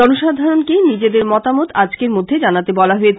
জনসাধারণকে নিজেদের মতামত আজকের মধ্যে জানাতে বলা হয়েছে